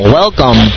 welcome